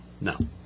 No